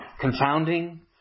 confounding